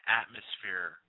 atmosphere